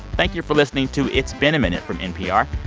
thank you for listening to it's been a minute from npr.